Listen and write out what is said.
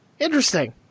Interesting